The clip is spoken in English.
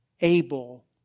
able